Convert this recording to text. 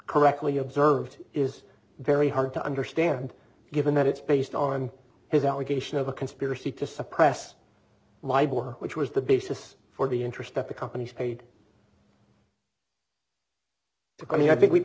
correctly observed is very hard to understand given that it's based on his allegation of a conspiracy to suppress my boy which was the basis for the interest that the companies paid to come in i think we